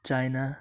China